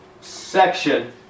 section